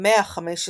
במאה ה-15